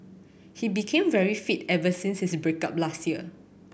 he became very fit ever since his break up last year